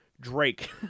Drake